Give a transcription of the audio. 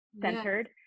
centered